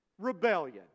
rebellion